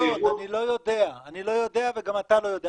אני לא יודע וגם אתה לא יודע,